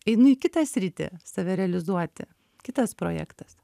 einu į kitą sritį save realizuoti kitas projektas